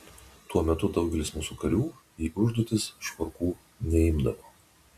tuo metu daugelis mūsų karių į užduotis švarkų neimdavo